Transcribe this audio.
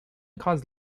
caused